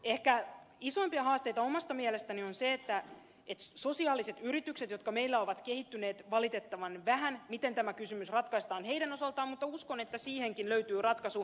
ehkä isoimpia haasteita omasta mielestäni on se miten tämä kysymys ratkaistaan sosiaalisten yritysten osalta jotka meillä ovat kehittyneet valitettavan vähän miten tämä kysymys ratkaistaanjien osalta mutta uskon että siihenkin löytyy ratkaisu